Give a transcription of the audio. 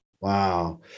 Wow